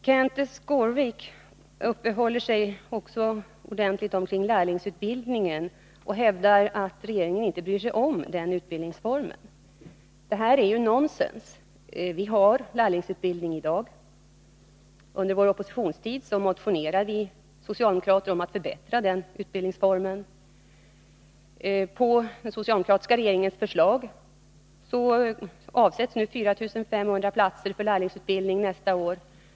Kenth Skårvik uppehåller sig också mycket omkring lärlingsutbildningen och hävdar att regeringen inte bryr sig om den utbildningsformen. Det är nonsens. Vi har lärlingsutbildning i dag. Under vår oppositionstid motionerade vi socialdemokrater om att förbättra den utbildningsformen. På den utbildning nästa år.